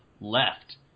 left